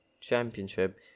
Championship